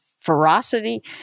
ferocity